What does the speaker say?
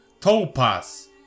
topaz